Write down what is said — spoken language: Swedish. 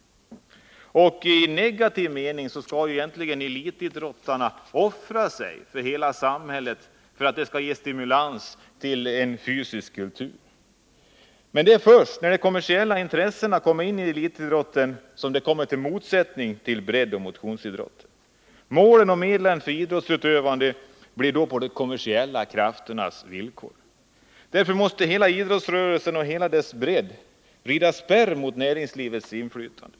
I negativ mening skall egentligen elitidrottarna offra sig för att hela samhället skall stimuleras till fysisk fostran. Det är först när de kommersiella intressena kommer in i elitidrotten som den kommer i motsättning till breddoch motionsidrotten. Målen och medlen för idrottsutövande underkastas då de kommersiella krafternas villkor. Därför måste idrottsrörelsen i hela sin bredd rida spärr mot näringslivets inflytande.